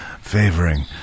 favoring